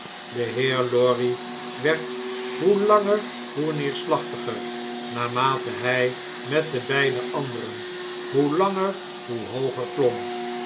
de heer lorry werd hoe langer noe neerslachtiger naarmate hij met de beide anderen hoe langer hoe hooger klom